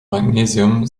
magnesium